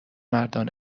مردان